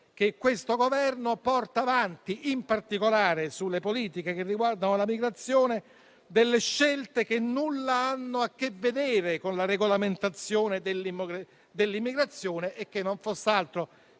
che questo Governo porta avanti, in particolare sulle politiche che riguardano la migrazione, delle scelte che nulla hanno a che vedere con la regolamentazione dell'immigrazione e che, non foss'altro